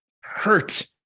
hurt